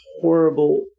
horrible